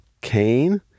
Cain